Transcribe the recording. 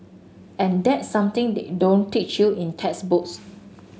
and that something they don't teach you in textbooks